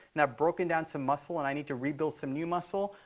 and i've broken down some muscle, and i need to rebuild some new muscle,